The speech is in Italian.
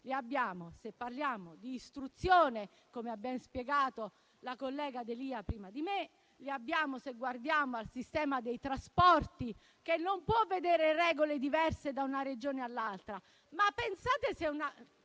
li abbiamo se parliamo di istruzione - come ha ben spiegato la collega D'Elia prima di me - e li abbiamo se guardiamo al sistema dei trasporti, che non può vedere regole diverse da una Regione all'altra.